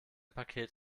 paket